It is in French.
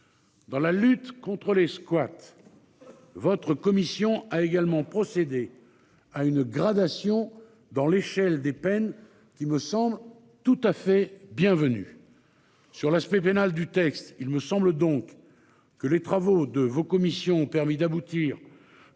Dans la lutte contre les squats. Votre commission a également procédé à une gradation dans l'échelle des peines qui me semble tout à fait bienvenue. Sur l'aspect pénal du texte. Il me semble donc que les travaux de vos commissions ont permis d'aboutir.